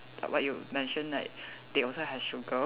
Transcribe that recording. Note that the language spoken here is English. like what you mention like they also have sugar